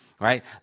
right